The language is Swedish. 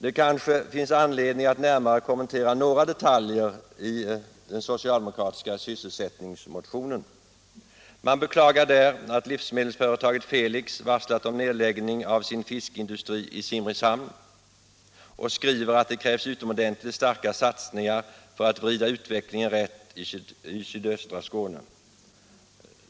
Det kanske finns anledning att närmare kommentera några detaljer i den socialdemokratiska sysselsättningsmotionen. Man beklagar där att livsmedelsföretaget Felix har varslat om nedläggning av sin fiskindustri i Simrishamn och skriver att det krävs utomordentligt starka satsningar för att vrida utvecklingen rätt i sydöstra Skåne.